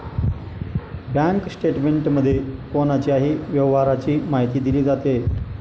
bank स्टेटमेंटमध्ये कोणाच्याही व्यवहाराची माहिती दिली जाते